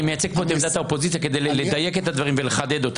אני מייצג פה את עמדת האופוזיציה כדי לדייק את הדברים ולחדד אותם.